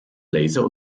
laser